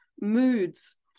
moods